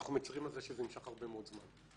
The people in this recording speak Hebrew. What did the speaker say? שאנחנו מצרים על זה שזה נמשך הרבה מאוד זמן.